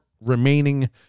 remaining